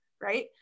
right